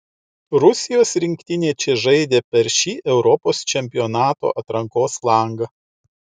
rusijos rinktinė čia žaidė per šį europos čempionato atrankos langą